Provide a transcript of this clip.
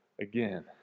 again